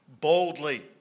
boldly